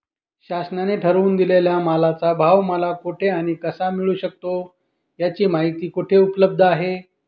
शासनाने ठरवून दिलेल्या मालाचा भाव मला कुठे आणि कसा मिळू शकतो? याची माहिती कुठे उपलब्ध आहे?